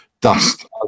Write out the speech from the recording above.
Dust